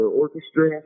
orchestra